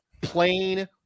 plain